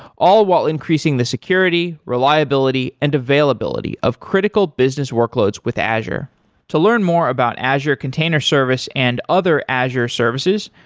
all while increasing the security, reliability and availability of critical business workloads with azure to learn more about azure container service and other azure services,